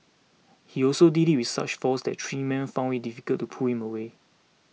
he also did it with such force that three men found it difficult to pull him away